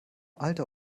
alter